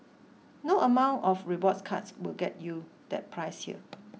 no amount of rewards cards will get you that price here